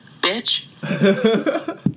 bitch